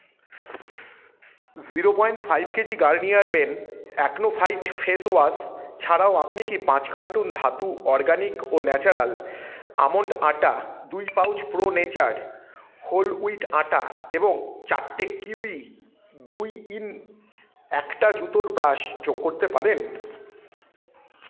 zero point five KG Garnier Men Acno Fight face wash ছাড়াও আপনি কি পাঁচ কার্টন ধাতু অরগানিক ও ন্যাচারাল আমন্ড আটা দুই pouch Pro Nature whole wheat atta এবং চারটে কিউই দুই ইন একটা জুতোর ব্রাশ যোগ করতে পারেন